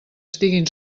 estiguin